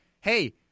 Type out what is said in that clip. hey